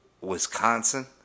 Wisconsin